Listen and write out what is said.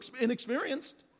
inexperienced